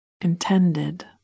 intended